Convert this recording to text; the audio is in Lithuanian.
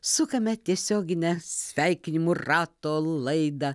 sukame tiesioginę sveikinimų rato laidą